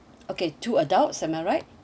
okay two adult am I right